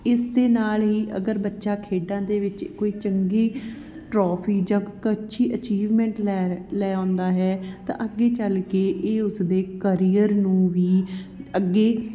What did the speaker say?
ਇਸ ਦੇ ਨਾਲ ਹੀ ਅਗਰ ਬੱਚਾ ਖੇਡਾਂ ਦੇ ਵਿੱਚ ਕੋਈ ਚੰਗੀ ਟਰਾਫੀ ਜਾਂ ਕ ਅੱਛੀ ਅਚੀਵਮੈਂਟ ਲੈ ਲੈ ਆਉਂਦਾ ਹੈ ਤਾਂ ਅੱਗੇ ਚੱਲ ਕੇ ਇਹ ਉਸਦੇ ਕਰੀਅਰ ਨੂੰ ਵੀ ਅੱਗੇ